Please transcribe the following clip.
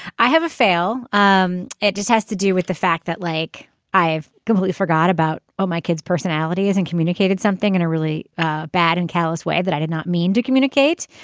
i have a fail. um it just has to do with the fact that like i've completely forgot about all my kids personality isn't communicated something in a really ah bad and callous way that i did not mean to communicate.